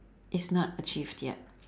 it's not achieved yet